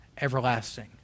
Everlasting